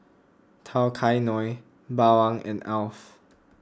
Tao Kae Noi Bawang and Alf